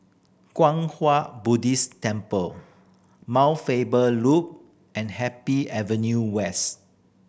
Kwang Hua Buddhist Temple Mount Faber Loop and Happy Avenue West